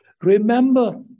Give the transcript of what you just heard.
remember